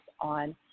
on